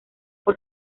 por